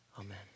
Amen